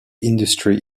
industry